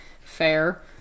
Fair